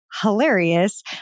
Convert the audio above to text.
hilarious